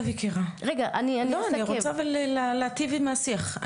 אני רוצה להטיב עם השיח.